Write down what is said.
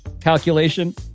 calculation